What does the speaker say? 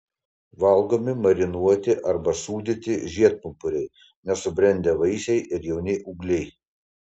valgomi marinuoti arba sūdyti žiedpumpuriai nesubrendę vaisiai ir jauni ūgliai